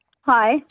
Hi